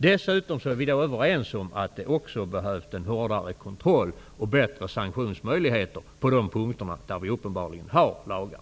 Dessutom torde vi vara överens om att det också behövs en hårdare kontroll och bättre sanktionsmöjligheter på de punkter där det uppenbarligen finns lagar.